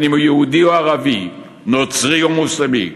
אם יהודי ואם ערבי, נוצרי או מוסלמי,